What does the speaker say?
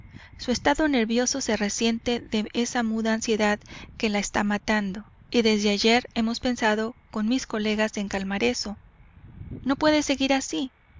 su estado nervioso se resiente de esa muda ansiedad que la está matando y desde ayer hemos pensado con mis colegas en calmar eso no puede seguir así